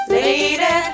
Lady